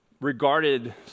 regarded